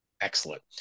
excellent